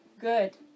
Good